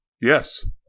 Yes